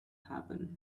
happen